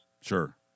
Sure